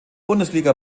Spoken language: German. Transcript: bundesliga